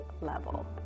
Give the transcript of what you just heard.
level